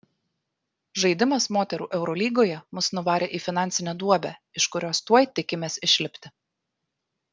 žaidimas moterų eurolygoje mus nuvarė į finansinę duobę iš kurios tuoj tikimės išlipti